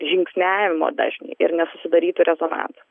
žingsniavimo dažnį ir nesusidarytų rezonansas